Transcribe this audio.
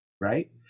right